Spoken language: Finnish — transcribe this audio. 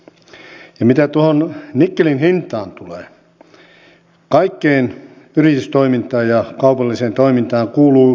ja mitä tuohon nikkelin hintaan tulee niin kaikkeen yritystoimintaan ja kaupalliseen toimintaan kuuluu yritysriski